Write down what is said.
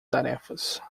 tarefas